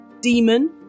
Demon